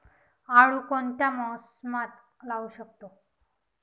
आळू कोणत्या मोसमात लावू शकतो?